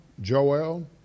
Joel